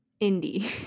indie